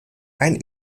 ein